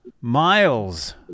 miles